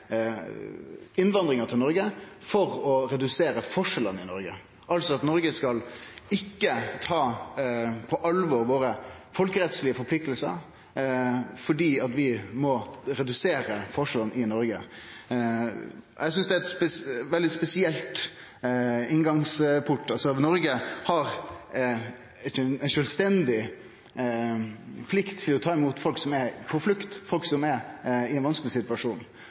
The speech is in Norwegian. innvandringa til Noreg for å redusere forskjellane i Noreg – altså at Noreg ikkje skal ta på alvor dei folkerettslege pliktene våre fordi vi må redusere forskjellane i Noreg. Eg synest det er ein veldig spesiell inngangsport. Noreg har ei sjølvstendig plikt til å ta imot folk som er på flukt, folk som er i ein vanskeleg situasjon,